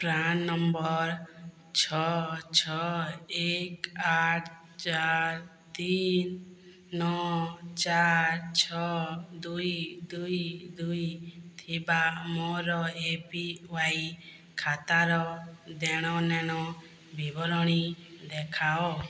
PRAN number ଛଅ ଛଅ ଏକ ଆଠ ଚାରି ତିନ ନଅ ଚାରି ଛଅ ଦୁଇ ଦୁଇ ଦୁଇ ଥିବା ମୋର ଏ ପି ୱାଇ ଖାତାର ଦେଣ ନେଣ ବିବରଣୀ ଦେଖାଅ